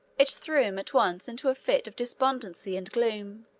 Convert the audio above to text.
it threw him at once into a fit of despondency and gloom.